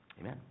Amen